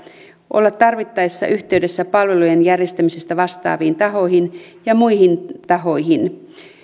olla tarvittaessa yhteydessä palvelujen järjestämisestä vastaaviin tahoihin ja muihin tahoihin